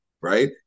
right